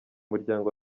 muryango